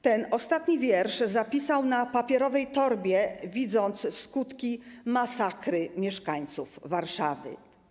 Ten ostatni wiersz zapisał na papierowej torbie, widząc skutki masakry mieszkańców Warszawy.